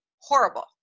Horrible